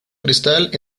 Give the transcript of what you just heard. cristal